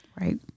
Right